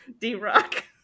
D-Rock